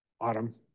autumn